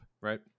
right